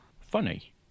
Funny